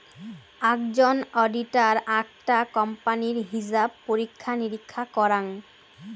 আকজন auditor আকটা কোম্পানির হিছাব পরীক্ষা নিরীক্ষা করাং